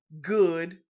good